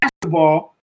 basketball